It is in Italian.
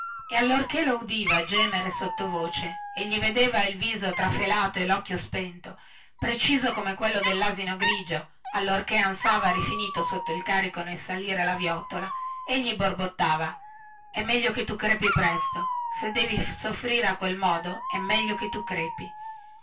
e allorchè lo udiva gemere sottovoce e gli vedeva il viso trafelato e locchio spento preciso come quello dellasino grigio allorchè ansava rifinito sotto il carico nel salire la viottola egli borbottava è meglio che tu crepi presto se devi soffrire in tal modo è meglio che tu crepi